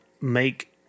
make